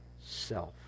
self